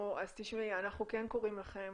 אנחנו כן קוראים לכם